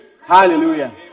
Hallelujah